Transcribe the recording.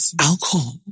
alcohol